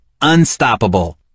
unstoppable